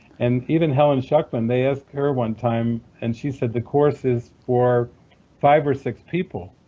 and even helen schucman, they asked her one time and she said, the course is for five or six people.